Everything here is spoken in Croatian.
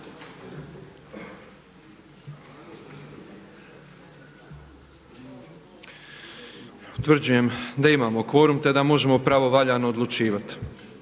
Utvrđujem da kvorum imamo, te da možemo pravovaljano odlučivati.